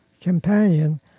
companion